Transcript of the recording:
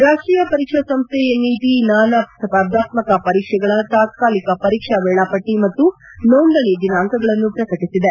head ರಾಷ್ಟೀಯ ಪರೀಕ್ಷಾ ಸಂಸ್ಥೆ ಎನ್ಟಎ ನಾನಾ ಸ್ಪರ್ಧಾತ್ಮಕ ಪರೀಕ್ಷೆಗಳ ತಾತ್ಕಾಲಿಕ ಪರೀಕ್ಷಾ ವೇಳಾಪಟ್ಟಿ ಮತ್ತು ನೋಂದಣಿ ದಿನಾಂಕಗಳನ್ನು ಪ್ರಕಟಿಸಿದೆ